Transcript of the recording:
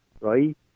right